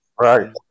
Right